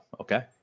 okay